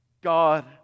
God